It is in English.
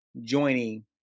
joining